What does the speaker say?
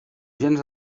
gens